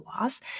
loss